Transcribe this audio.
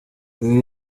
uyu